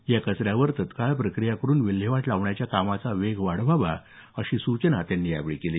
या कचऱ्यावर तात्काळ प्रक्रिया करुन विल्हेवाट लावण्याच्या कामाचा वेग वाढवण्याच्या सूचना त्यांनी यावेळी केल्या